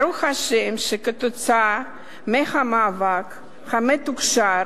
ברוך השם שעקב המאבק המתוקשר